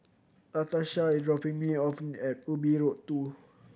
Latarsha is dropping me off at Ubi Road Two